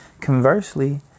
Conversely